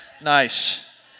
Nice